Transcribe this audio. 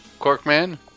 Corkman